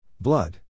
Blood